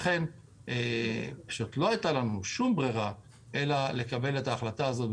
לכן לא הייתה לנו שום ברירה אלא לקבל את ההחלטה הזו.